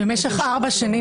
במשך ארבע שנים,